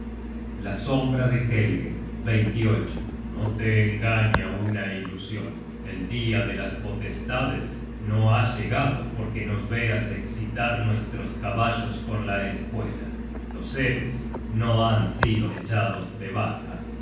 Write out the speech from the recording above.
los héroes de helge no te engaña una ilusion el dia de las potestades no ha llegado porque nos veas escitar nuestros caballos con la espuela los héroes no han sido echados de